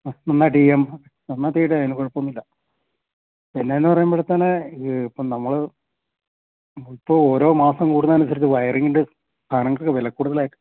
അ നന്നായിട്ടെയ്യാം നന്നായിട്ടെയ്തുതരാം അതിനു കുഴപ്പമൊന്നും ഇല്ല പിന്നേന്നു പറയുമ്പോഴത്തേന് ഇപ്പോള് നമ്മള് ഇപ്പോള് ഓരോ മാസം കൂടുന്നതിനനുസരിച്ച് വയറിങ്ങിൻ്റെ സാധനങ്ങൾക്കൊക്കെ വിലക്കൂടുതലായി